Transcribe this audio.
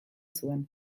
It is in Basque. zuen